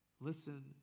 Listen